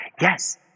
Yes